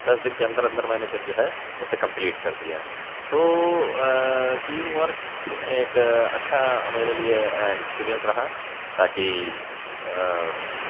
دس دن کے اندر اندر میں نے پھر جو ہے اسے کمپلیٹ کر دیا تو ٹیم ورک ایک اچھا میرے لیے ایکسپرینس رہا تاکہ